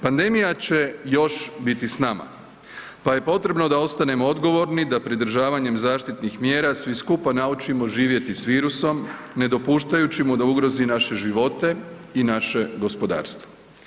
Pandemija će još biti s nama pa je potrebno da ostanemo odgovorni, da pridržavanjem zaštitnih mjera svi skupa naučimo živjeti s virusom, ne dopuštajući mu da ugrozi naše živote i naše gospodarstvo.